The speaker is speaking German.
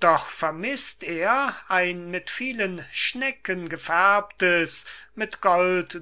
doch vermißt er ein mit vielen schnecken gefärbtes mit gold